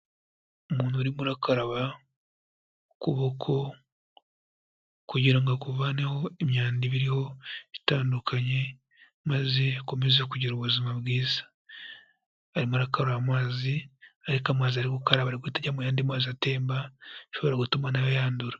Umuntu urimo urakaraba ukuboko kugira ngo akuvaneho imyanda iba iriho itandukanye maze akomeze kugira ubuzima bwiza, arimo arakaraba amazi ariko amazi ari gukaraba ari guhita ajya mu yandi mazi atemba bishobora gutuma na yo yandura.